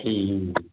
ठीक